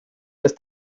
ist